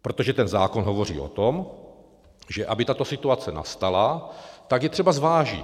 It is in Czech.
Protože ten zákon hovoří o tom, že aby tato situace nastala, tak je třeba zvážit.